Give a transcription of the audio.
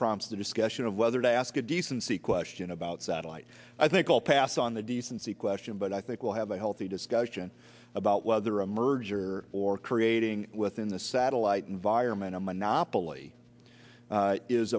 prompts the discussion of whether to ask a decency question about satellite i think i'll pass on the decency question but i think we'll have a healthy discussion about whether a merger or creating within the satellite environment a monopoly